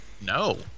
No